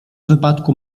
wypadku